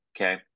okay